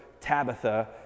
Tabitha